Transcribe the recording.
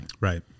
Right